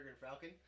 falcon